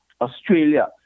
Australia